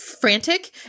frantic